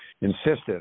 insisted